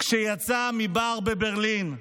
כשיצא מבר בברלין.